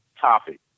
topic